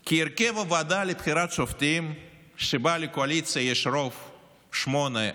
כי הרכב הוועדה לבחירת שופטים שבו לקואליציה יש רוב 8:1,